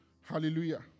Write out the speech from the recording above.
Hallelujah